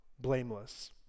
blameless